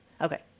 Okay